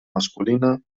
masculina